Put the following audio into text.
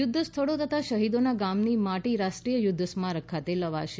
યુદ્વ સ્થળો તથા શહીદોના ગામોની માટી રાષ્ટ્રીય યુદ્ધ સ્મારક ખાતે લવાશે